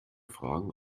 fragen